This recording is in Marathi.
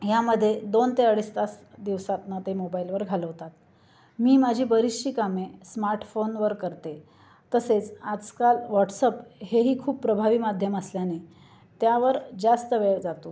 ह्यामध्ये दोन ते अडीच तास दिवसातून ते मोबाईलवर घालवतात मी माझी बरीचशी कामे स्मार्टफोनवर करते तसेच आजकाल व्हॉट्सअप हेही खूप प्रभावी माध्यम असल्याने त्यावर जास्त वेळ जातो